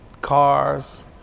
Cars